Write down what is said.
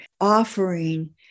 offering